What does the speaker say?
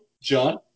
john